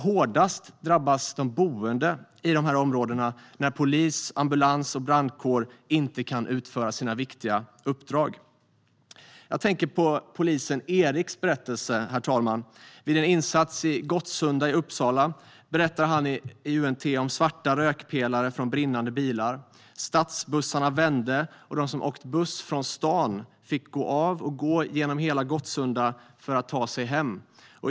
Hårdast drabbas dock de boende i de här områdena när polis, ambulans och brandkår inte kan utföra sina viktiga uppdrag. Jag tänker på polisen Eriks berättelse, herr talman. Vid en insats i Gottsunda i Uppsala berättar han i UNT om svarta rökpelare från brinnande bilar. Stadsbussarna vände, och de som åkte buss från stan fick gå av och gå genom hela Gottsunda för att ta sig hem.